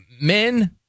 men